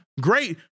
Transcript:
great